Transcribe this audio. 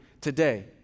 today